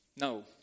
No